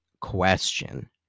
question